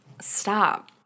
stop